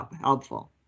helpful